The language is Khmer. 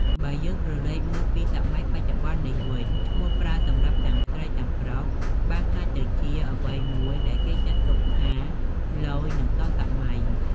បើយើង ក្រឡេកមើលពីសម័យបច្ចុបន្ននេះវិញ ឈ្មោះប្រើសម្រាប់ទាំងស្រីទាំងប្រុសបានក្លាយទៅជាអ្វីមួយដែលគេចាត់ទុកថា ឡូយ និងទាន់សម័យ។